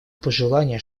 пожелание